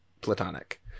platonic